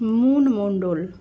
moon Mondal